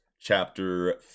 Chapter